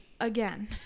Again